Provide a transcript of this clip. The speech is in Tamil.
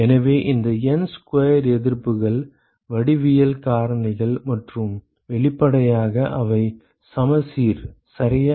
எனவே இந்த N ஸ்கொயர் எதிர்ப்புகள் வடிவியல் காரணிகள் மற்றும் வெளிப்படையாக அவை சமச்சீர் சரியா